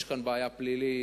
יש כאן בעיה פלילית,